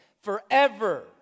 forever